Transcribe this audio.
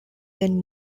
then